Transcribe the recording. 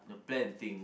the planned things